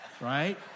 right